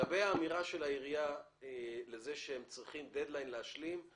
לגבי האמירה שלך לכך שהם צריכים דד-ליין להשלים,